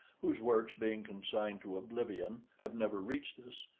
whose works, being consigned to oblivion, have never reached us,